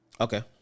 Okay